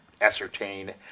ascertain